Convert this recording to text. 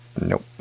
Nope